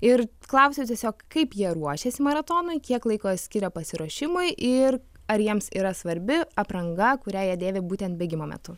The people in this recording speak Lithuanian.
ir klausiau tiesiog kaip jie ruošėsi maratonui kiek laiko skiria pasiruošimui ir ar jiems yra svarbi apranga kurią jie dėvi būtent bėgimo metu